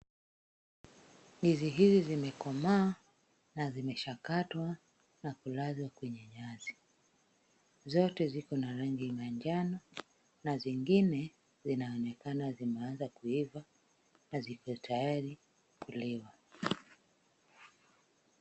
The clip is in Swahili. Ndizi hizi zimekomaa na zimeshakatwa na kulazwa kwenye nyasi, zote ziko na rangi ya manjano, na zingine zinaonekana zimeanza kuiva na ziko tayari kuliwa.